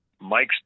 Mike's